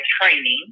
training